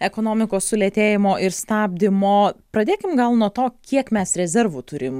ekonomikos sulėtėjimo ir stabdymo pradėkim gal nuo to kiek mes rezervų turim